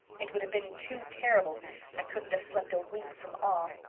it would have been too terrible i couldn't have slept a wink from awe.